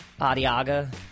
Adiaga